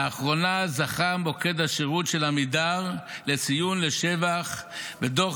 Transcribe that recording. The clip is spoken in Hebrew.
לאחרונה זכה מוקד השירות של "עמידר" לציון לשבח בדוח